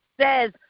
says